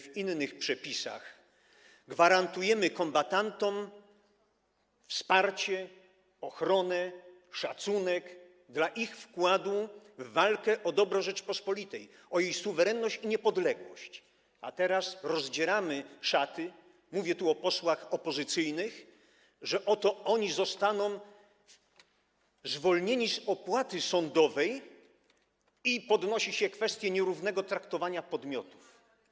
W innych przepisach gwarantujemy kombatantom wsparcie, ochronę, szacunek dla ich wkładu w walkę o dobro Rzeczypospolitej, o jej suwerenność i niepodległość, a teraz rozdzieramy szaty - mówię tu o posłach opozycyjnych - że oto zostaną oni zwolnieni z opłaty sądowej, i podnosi się kwestię nierównego traktowania podmiotów.